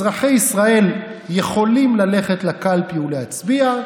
אזרחי ישראל יכולים ללכת לקלפי ולהצביע,